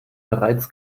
bereits